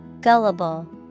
gullible